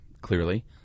clearly